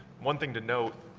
one thing to note,